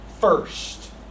first